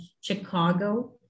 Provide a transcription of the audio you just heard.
Chicago